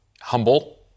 humble